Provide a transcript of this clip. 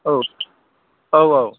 औ औ औ